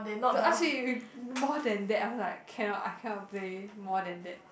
don't ask me more than that I'm like cannot I cannot play more than that